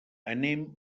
anem